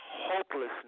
hopelessness